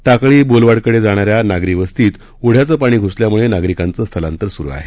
टाकळी बोलवाडकडे जाणार्या नागरी वस्तीत ओढ्याचं पाणी घ्सल्याम्ळे नागरिकांचं स्थलांतर स्रु आहे